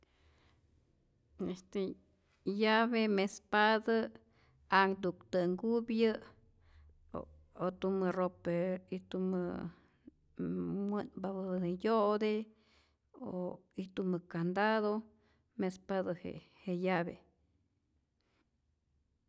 Este llave mespatä anhtu'k tä'nhkupyä' o tumä roper o tumä wä'tmpamätä yo'te o ijtumä candado, mespatä je je llave.